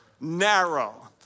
narrow